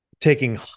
taking